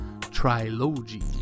Trilogy